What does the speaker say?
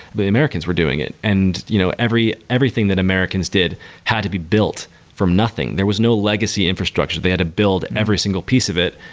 the americans were doing it, and you know everything that americans did had to be built from nothing. there was no legacy infrastructure. they had to build every single piece of it.